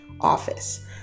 office